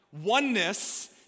Oneness